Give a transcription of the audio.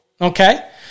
okay